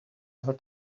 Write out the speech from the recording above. her